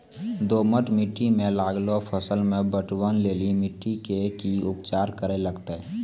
दोमट मिट्टी मे लागलो फसल मे पटवन लेली मिट्टी के की उपचार करे लगते?